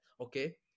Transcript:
okay